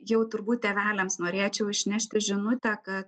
jau turbūt tėveliams norėčiau išnešti žinutę kad